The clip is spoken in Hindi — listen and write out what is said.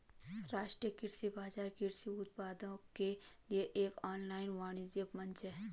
राष्ट्रीय कृषि बाजार कृषि उत्पादों के लिए एक ऑनलाइन वाणिज्य मंच है